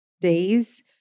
days